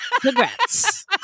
Congrats